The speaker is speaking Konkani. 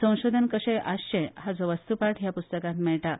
संधोधन कशे आसचे हाचो वस्तूपाठ ह्या पुस्तकात मेळटा